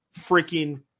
freaking